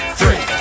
three